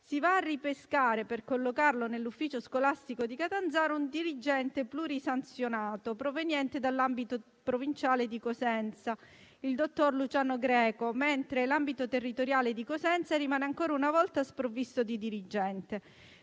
si va a ripescare, per collocarlo nell'ufficio scolastico di Catanzaro, un dirigente plurisanzionato proveniente dall'ambito provinciale di Cosenza, il dottor Luciano Greco, mentre l'ambito territoriale di Cosenza rimane ancora una volta sprovvisto di dirigente.